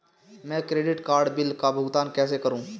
मैं credit card bill का भुगतान कैसे करूं?